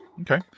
Okay